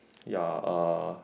ya uh